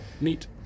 Neat